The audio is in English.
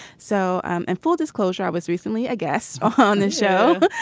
so and full disclosure i was recently a guest on this show.